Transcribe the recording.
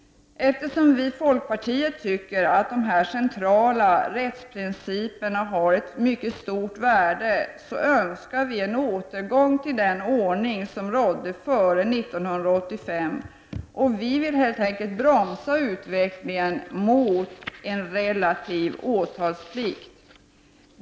Eftersom vi i folkpartiet tycker att dessa centrala rättsprinciper är av stort värde, önskar vi återgång till den ordning som rådde före 1985. Vi vill helt enkelt bromsa utvecklingen mot en relativ åtalsplikt.